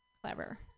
Clever